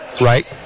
Right